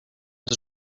pod